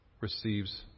receives